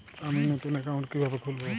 আমি নতুন অ্যাকাউন্ট কিভাবে খুলব?